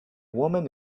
woman